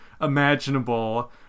imaginable